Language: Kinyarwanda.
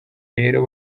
rero